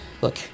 look